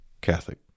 Catholic